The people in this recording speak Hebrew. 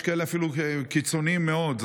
יש אפילו כאלה קיצוניים מאוד,